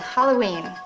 Halloween